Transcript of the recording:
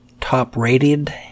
top-rated